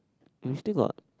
they still got